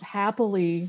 happily